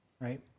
right